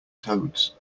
toads